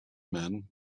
men